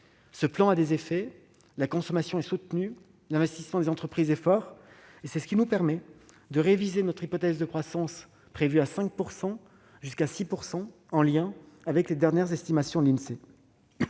Ce plan a des effets : la consommation est soutenue ; l'investissement des entreprises est fort. C'est ce qui nous permet de réviser notre hypothèse de croissance, initialement prévue à 5 %, jusqu'à 6 %, en lien avec les dernières estimations de l'Insee.